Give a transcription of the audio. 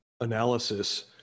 analysis